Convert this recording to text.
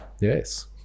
yes